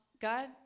God